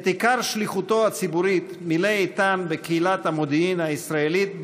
את עיקר שליחותו הציבורית מילא איתן בקהילת המודיעין הישראלית,